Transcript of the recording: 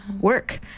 work